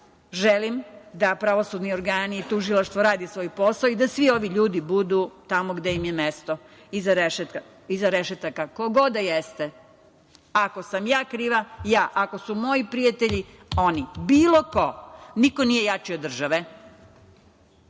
želim da pravosudni organi, tužilaštvo radi svoj posao i da svi ovi ljudi budu tamo gde im je mesto - iza rešetaka, ko god da jeste, ako sam ja kriva, ja, ako su moji prijatelji, oni. Bilo ko, niko nije jači od